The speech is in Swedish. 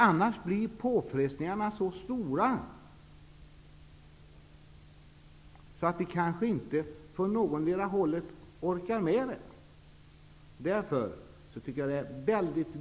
Annars blir påfrestningarna så stora att vi kanske inte orkar med detta från någotdera hållet.